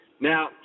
Now